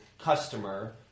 customer